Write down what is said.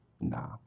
nah